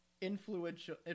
influential